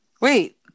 wait